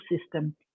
system